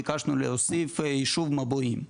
ביקשנו להוסיף את היישוב מבועים.